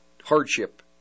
Hardship